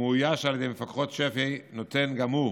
המאויש על ידי מפקחות שפ"י, נותן גם הוא